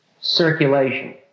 circulation